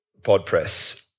Podpress